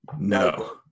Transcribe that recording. no